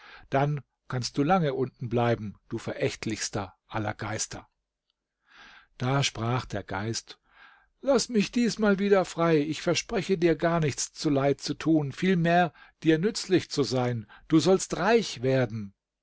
dann kannst du lange unten bleiben du verächtlichster aller geister da sprach der geist laß mich diesmal wieder frei ich verspreche dir gar nichts zuleid zu tun vielmehr dir nützlich zu sein du sollst reich werden